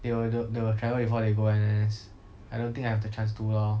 they will th~ they will travel before they go N_S I don't think I have the chance to lor